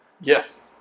Yes